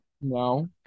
No